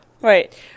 Right